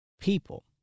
people